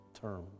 term